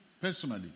personally